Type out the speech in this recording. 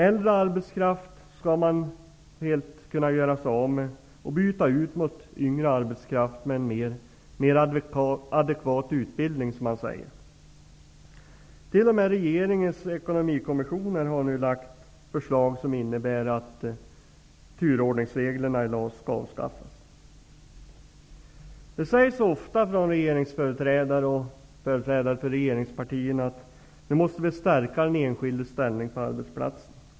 Äldre arbetskraft skall man helt kunna göra sig av med och byta ut mot yngre, med en mer adekvat utbildning, som man säger. T.o.m. regeringens ekonomikommissioner har nu lagt fram förslag som innebär att turordningsreglerna i LAS skall avskaffas. Det sägs ofta från företrädare för regeringen och för regeringspartierna att vi måste stärka den enskildes ställning på arbetsplatsen.